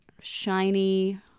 shiny